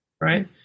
right